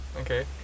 Okay